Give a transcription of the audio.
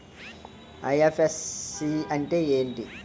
IFSC అంటే ఏమిటి?